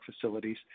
facilities